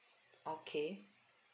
okay